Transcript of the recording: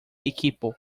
equipo